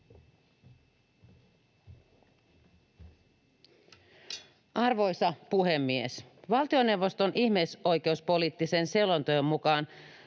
Arvoisa puhemies! Valtioneuvoston ihmisoikeuspoliittisen selonteon mukaan